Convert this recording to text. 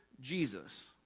Jesus